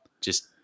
just-